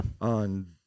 on